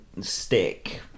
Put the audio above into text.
stick